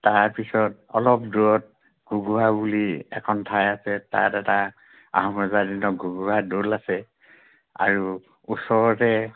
তাৰপিছত অলপ দূৰত গগুহা বুলি এখন ঠাই আছে তাত এটা আহোম ৰজাৰ দিনত গগুহাৰ দৌল আছে আৰু ওচৰতে